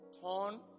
torn